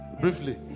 Briefly